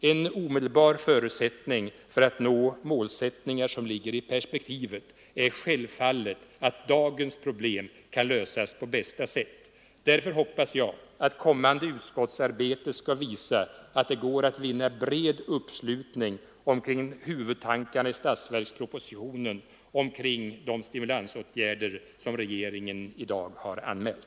En omedelbar förutsättning för att nå målsättningar som ligger i perspektivet är självfallet att dagens problem kan lösas på bästa sätt. Därför hoppas jag att kommande utskottsarbete skall visa att det går att vinna bred uppslutning omkring huvudtankarna i statsverkspropositionen och kring de stimulansåtgärder som regeringen i dag har anmält.